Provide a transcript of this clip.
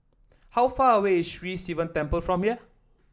how far away is Sri Sivan Temple from here